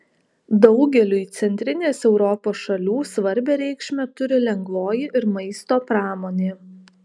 daugeliui centrinės europos šalių svarbią reikšmę turi lengvoji ir maisto pramonė